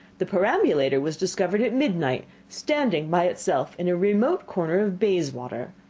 the perambulator was discovered at midnight, standing by itself in a remote corner of bayswater.